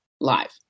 live